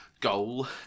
goal